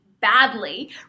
badly